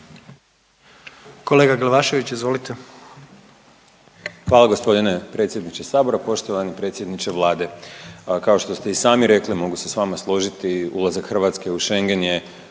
Bojan (Nezavisni)** Hvala g. predsjedniče sabora. Poštovani predsjedniče vlade, kao što ste i sami rekli, mogu se s vama složiti, ulazak Hrvatske u Schengen je